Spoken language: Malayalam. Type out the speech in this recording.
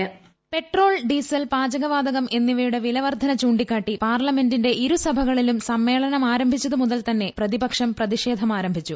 പാർലമെന്റ് വോയ്സ് പെട്രോൾ ഡീസൽ പാചകവാതകം എന്നിവയുടെ വിലവർദ്ധന ചൂണ്ടിക്കാട്ടി പാർലമെന്റിന്റെ ഇരുസഭകളിലും സമ്മേളനം ആരംഭിച്ചതു മുതൽ തന്നെ പ്രതിപക്ഷം പ്രതിഷേധം ആരംഭിച്ചു